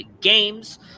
games